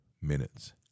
minutes